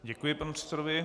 Děkuji panu předsedovi.